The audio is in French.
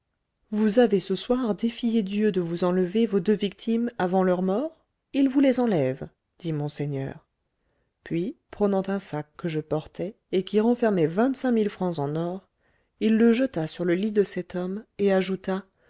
vous avez ce soir défié dieu de vous enlever vos deux victimes avant leur mort il vous les enlève dit monseigneur puis prenant un sac que je portais et qui renfermait vingt-cinq mille francs en or il le jeta sur le lit de cet homme et ajouta